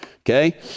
Okay